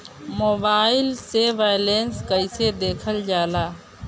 Mobile से balance कइसे देखल जाला?